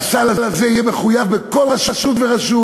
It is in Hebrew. והסל הזה יהיה מחויב בכל רשות ורשות.